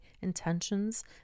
intentions